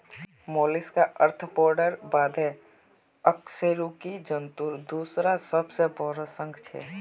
Mollusca आर्थ्रोपोडार बादे अकशेरुकी जंतुर दूसरा सबसे बोरो संघ छे